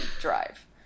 drive